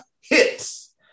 hits